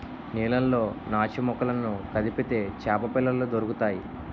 నీళ్లలో నాచుమొక్కలను కదిపితే చేపపిల్లలు దొరుకుతాయి